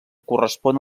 correspon